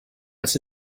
als